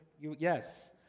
Yes